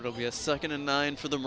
it'll be a second and nine for the